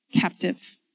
captive